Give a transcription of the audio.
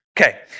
Okay